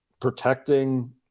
protecting